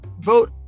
vote